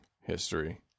history